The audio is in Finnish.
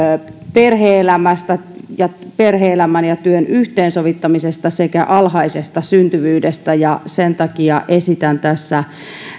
perhe elämästä ja perhe elämän ja työn yhteensovittamisesta sekä alhaisesta syntyvyydestä ja sen takia esitän tässä